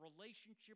relationship